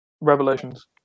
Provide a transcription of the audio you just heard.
Revelations